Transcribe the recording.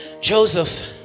Joseph